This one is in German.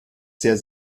sehr